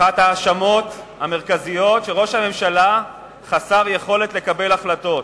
אחת ההאשמות המרכזיות היא שראש הממשלה חסר יכולת לקבל החלטות.